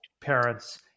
parents